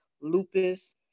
lupus